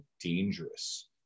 dangerous